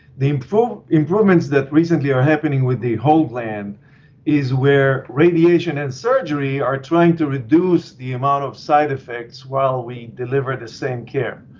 the um improvements that recently are happening with the whole gland is where radiation and surgery are trying to reduce the amount of side effects while we deliver the same care.